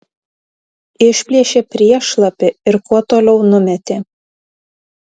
išplėšė priešlapį ir kuo toliau numetė